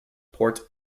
port